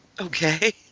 Okay